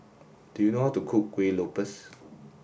do you know how to cook Kueh Lopes